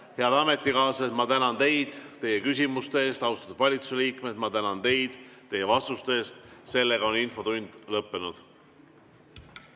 Head ametikaaslased, ma tänan teid teie küsimuste eest. Austatud valitsusliikmed, ma tänan teid teie vastuste eest. Infotund on lõppenud.